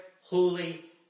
holy